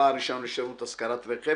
בעל רישיון לשירות השכרת רכב